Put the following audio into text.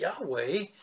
Yahweh